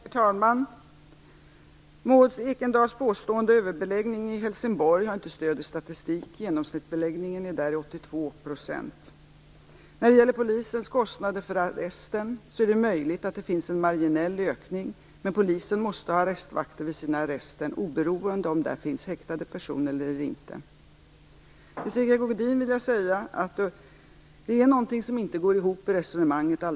Herr talman! Maud Ekendahls påstående om överbeläggning i Helsingborg har inte stöd i statistiken. Genomsnittsbeläggningen är där 82 %. Det är möjligt att det finns en marginell ökning av polisens kostnader för arresten, men polisen måste ha arrestvakter vid sina arrester oberoende av om där finns häktade personer eller inte. Till Sigge Godin vill jag säga att det är alldeles riktigt att det är någonting som inte går ihop i resonemanget.